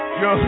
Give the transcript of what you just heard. yo